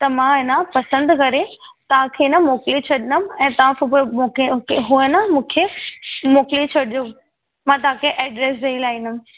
त मां अइन पसंदि करे तव्हांखे न मोकिले छॾंदमि ऐं तव्हां सुबुह जो मूंखे उहो आहे न मूंखे मोकिले छॾिजो मां तव्हांखे एड्रेस ॾेई लाईंदमि